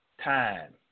time